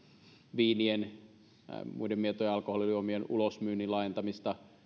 viinien ja muiden mietojen alkoholijuomien ulosmyynnin laajentamista